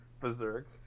berserk